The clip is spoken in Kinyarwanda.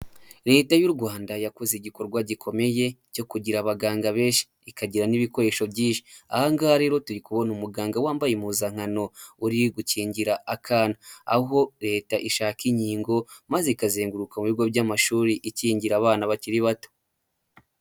Leta y'u Rwanda yakoze igikorwa gikomeye cyo kugira abaganga benshi ikagira n'ibikoresho byinshi, ahangaha rero turi kubona umuganga wambaye impuzankano uri gukingira akana, aho Leta ishaka inkingo maze ikazenguruka mu bigo by'amashuri ikingira abana bakiri bato.